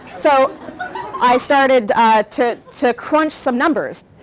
so i started to to crunch some numbers,